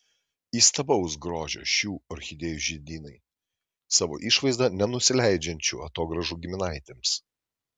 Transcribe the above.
įstabaus grožio šių orchidėjų žiedynai savo išvaizda nenusileidžiančių atogrąžų giminaitėms